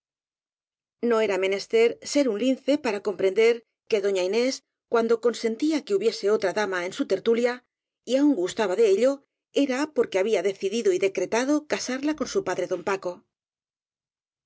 no era menester ser un lince para comprender que doña inés cuando consentía que hubiese otra dama en su tertulia y aun gustaba de ello era porque había decidido y decretado casarla con su padre don paco